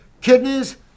kidneys